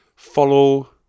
Follow